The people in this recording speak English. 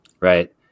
right